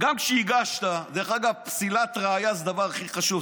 גם כשהגשת, דרך אגב, פסילת ראיה זה הדבר הכי חשוב.